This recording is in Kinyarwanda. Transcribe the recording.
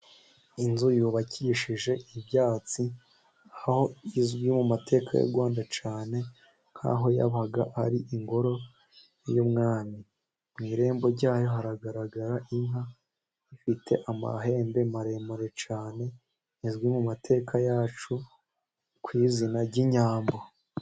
Inzu yubakishije ibyatsi, aho izwi mu mateka y'u Rwanda cyane nk'aho yabaga ari ingoro y'umwami, mu irembo ryayo haragaragara inka ifite amahembe maremare cyane, izwi mu mateka yacu ku izina ry'inyambo.